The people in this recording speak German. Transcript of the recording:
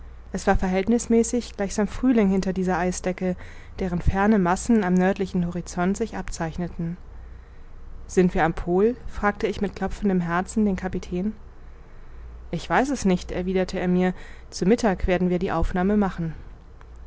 es war verhältnißmäßig gleichsam frühling hinter dieser eisdecke deren ferne massen am nördlichen horizont sich abzeichneten sind wir am pol fragte ich mit klopfendem herzen den kapitän ich weiß es nicht erwiderte er mir zu mittag werden wir die aufnahme machen